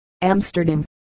Amsterdam